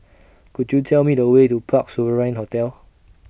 Could YOU Tell Me The Way to Parc Sovereign Hotel